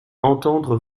entendre